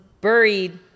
buried